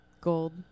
gold